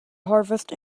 harvest